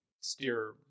steer